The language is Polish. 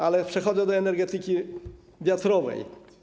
Ale przechodzę do energetyki wiatrowej.